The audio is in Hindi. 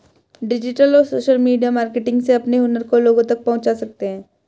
डिजिटल और सोशल मीडिया मार्केटिंग से अपने हुनर को लोगो तक पहुंचा सकते है